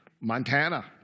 Montana